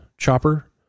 chopper